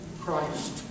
Christ